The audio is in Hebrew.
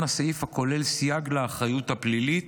הסעיף הכולל סייג לאחריות הפלילית,